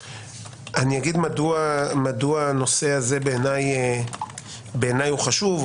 אגיד מדוע הנושא הזה בעיניי הוא חשוב.